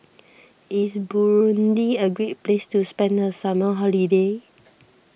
is Burundi a great place to spend the summer holiday